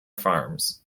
farms